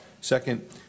Second